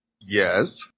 Yes